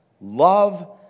love